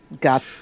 got